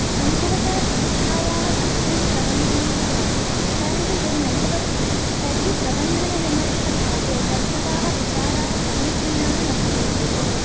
सम्भवतः संस्थायाः सक्षमं प्रबन्धनं स्यात् परन्तु यदि न भवति तर्हि प्रबन्धनविमर्शभागे प्रस्तुताः विचाराः समीचीनाः न भवेयुः